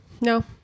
no